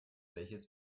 welches